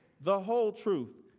the whole truth,